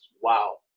wow